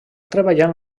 treballant